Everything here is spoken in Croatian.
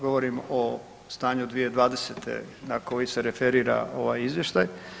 Govorim o stanju 2020. na koji se referira ovaj izvještaj.